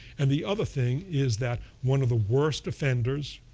and the other thing is that one of the worst offenders,